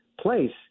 place